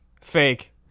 Fake